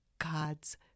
God's